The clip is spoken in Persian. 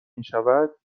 میشود